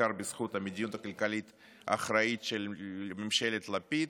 בעיקר בזכות המדיניות הכלכלית האחראית של ממשלת לפיד.